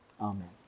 Amen